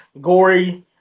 gory